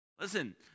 Listen